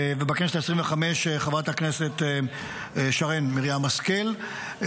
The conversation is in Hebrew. ובכנסת העשרים-וחמש, חברת הכנסת שרן מרים השכל.